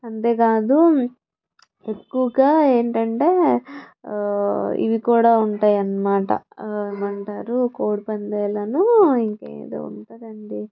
అంతేకాదు ఎక్కువగా ఏంటంటే ఇవి కూడా ఉంటాయి అన్నమాట ఏమంటారు కోడిపందాలను ఇంకేదో ఉంటుంది అండి